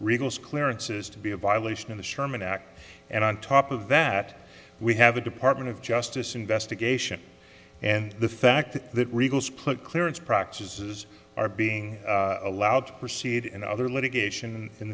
wriggles clearances to be a violation of the sherman act and on top of that we have a department of justice investigation and the fact that regal split clearance practices are being allowed to proceed in other litigation in